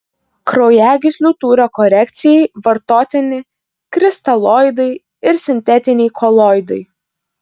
kraujagyslių tūrio korekcijai vartotini kristaloidai ir sintetiniai koloidai